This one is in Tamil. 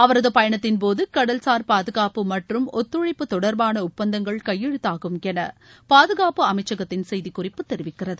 அவரது பயணத்தின் போது கடல்சார் பாதுகாப்பு மற்றும் ஒத்துழைப்பு தொடர்பாள ஒப்பந்தங்கள் கையெழுத்தாகும் என பாதுகாப்பு அமைச்சகத்தின் செய்திகுறிப்பு தெரிவிக்கிறது